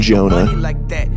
Jonah